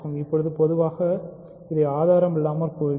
இப்போது பொதுவாக இதை ஆதாரம் இல்லாமல் கூறுவேன்